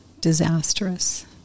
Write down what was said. disastrous